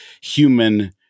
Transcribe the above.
human